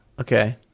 Okay